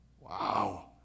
Wow